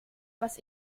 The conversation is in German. was